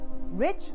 rich